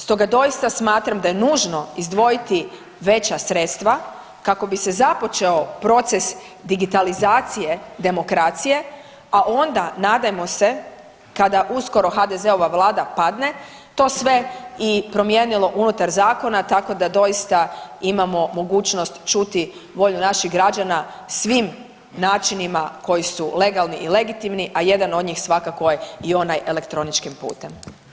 Stoga doista smatram da je nužno izdvojiti veća sredstva kako bi se započeo proces digitalizacije demokracije, a onda nadajmo se kada uskoro HDZ-ova vlada padne to sve i promijenilo unutar zakona tako da doista imamo mogućnost čuti volju naših građana svim načinima koji su legalni i legitimni, a jedan od njih svakako je i onaj elektroničkim putem.